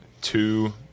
two